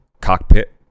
cockpit